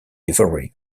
ivory